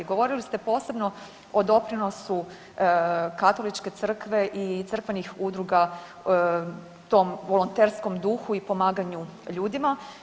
Govorili ste posebno o doprinosu katoličke crkve i crkvenih udruga tom volonterskom duhu i pomaganju ljudima.